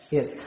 Yes